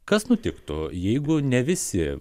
kas nutiktų jeigu ne visi